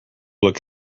look